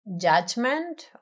judgment